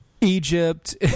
Egypt